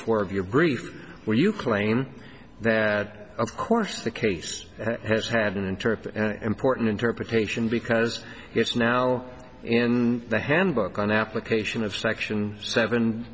four of your brief where you claim that of course the case has had an interpret important interpretation because it's now in the handbook on application of section seven